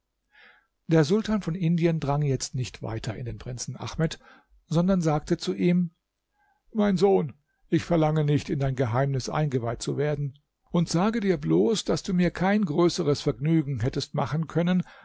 der sultan von indien drang jetzt nicht weiter in den prinzen ahmed sondern sagte zu ihm mein sohn ich verlange nicht in dein geheimnis eingeweiht zu werden und sage dir bloß daß du mir kein größeres vergnügen hättest machen können